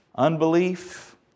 Unbelief